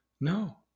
No